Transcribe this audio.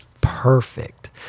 perfect